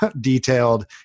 detailed